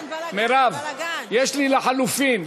מרב, יש לי לחלופין.